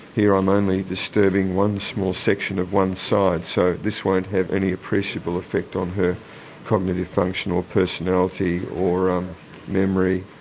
here i'm only disturbing one small section of one side, so this won't have an appreciable effect on her cognitive function or personality or um memory,